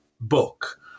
book